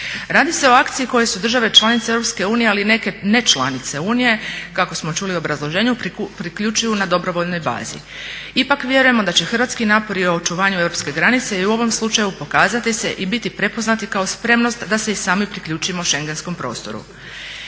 Radi se o akciji koje su države članice Europske unije, ali i neke nečlanice Unije kako smo čuli u obrazloženju priključuju na dobrovoljnoj bazi. Ipak vjerujemo da će hrvatski napori o očuvanju europske granice i u ovom slučaju pokazati se i biti prepoznati kao spremnost da se i sami priključimo schengenskom prostoru.